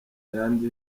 yayindi